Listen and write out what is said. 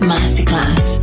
Masterclass